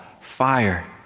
fire